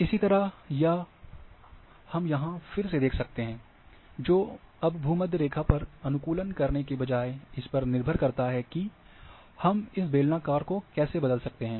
इसी तरह यह हम यहाँ फिर से देख सकते हैं जो अब भू मध्य रेखा पर अनुकुलन करने के बजाय इस पर निर्भर करता है कि हम इस बेलनाकार को कैसे बदल सकते हैं